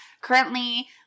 currently